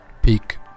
Peak